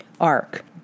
arc